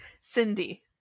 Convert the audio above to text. Cindy